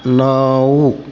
नऊ